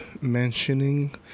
mentioning